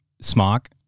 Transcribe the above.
Smock